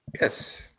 Yes